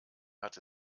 hat